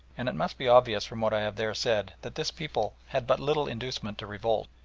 and it must be obvious from what i have there said that this people had but little inducement to revolt.